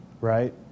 right